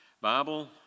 Bible